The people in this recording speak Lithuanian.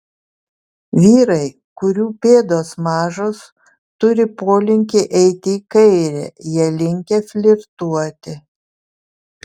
vyrai kurių pėdos mažos turi polinkį eiti į kairę jie linkę flirtuoti